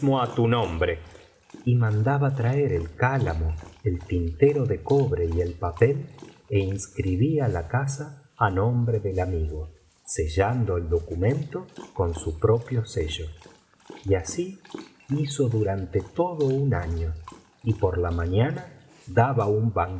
tu nombre y mandaba traer el cálamo el tintero de cobre y el papel é inscribía la casa á nombre del amigo sellando el documento con su propio sello y así hizo durante todo un año y por la mañana daba un